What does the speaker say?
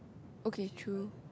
okay true